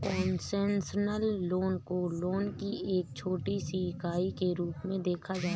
concessional loan को loan की एक छोटी सी इकाई के रूप में देखा जाता है